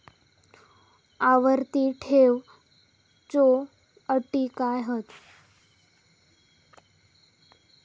आवर्ती ठेव च्यो अटी काय हत?